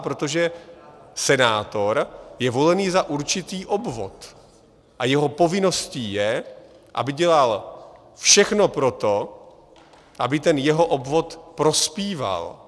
Protože senátor je volený za určitý obvod a jeho povinností je, aby dělal všechno pro to, aby ten jeho obvod prospíval.